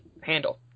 handle